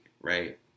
right